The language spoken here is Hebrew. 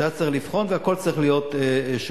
ואז צריך לבחון והכול צריך להיות שקוף.